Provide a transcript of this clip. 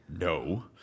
no